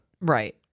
Right